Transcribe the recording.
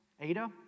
Ada